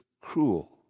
cruel